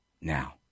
now